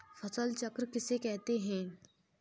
फसल चक्र किसे कहते हैं?